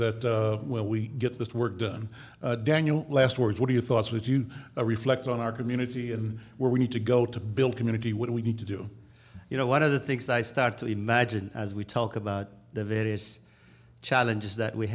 that when we get the work done daniel last words what are you thoughts with you reflect on our community and where we need to go to build community what we need to do you know one of the things i start to imagine as we talk about the various challenges that we